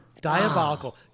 Diabolical